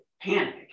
panic